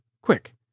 quick